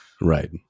Right